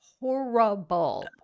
horrible